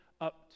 up